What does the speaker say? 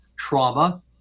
trauma